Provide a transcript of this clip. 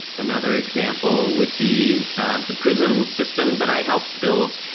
another example would be the prism system that i helped build.